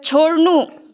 छोड्नु